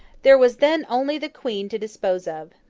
there was then only the queen to dispose of.